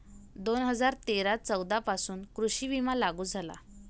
दोन हजार तेरा चौदा पासून कृषी विमा लागू झाला